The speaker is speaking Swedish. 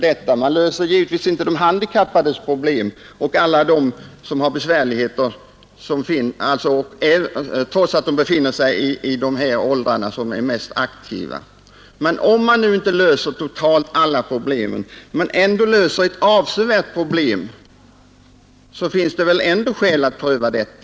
Vi löser t.ex. inte de handikappades problem och undanröjer inte heller andra besvärligheter som människor kan ha fastän de befinner sig i de mest aktiva åldrarna. Men om vi också bara löser ett delproblem så är det väl ändå skäl i att pröva systemet.